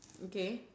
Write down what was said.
okay